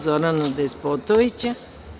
Zorana Despotovića.